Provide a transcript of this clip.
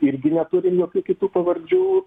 irgi neturi jokių kitų pavardžių